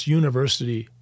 university